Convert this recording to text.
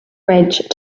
bridge